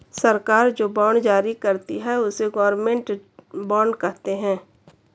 सरकार जो बॉन्ड जारी करती है, उसे गवर्नमेंट बॉन्ड कहते हैं